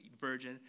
virgin